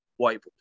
whiteboard